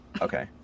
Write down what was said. Okay